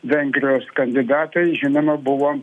vengrijos kandidatai žinoma buvo